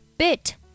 Bit